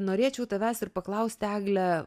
norėčiau tavęs ir paklaust egle